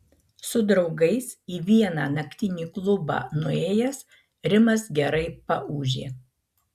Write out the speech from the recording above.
su draugais į vieną naktinį klubą nuėjęs rimas gerai paūžė